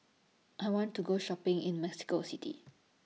I want to Go Shopping in Mexico City